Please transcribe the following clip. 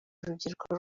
urubyiruko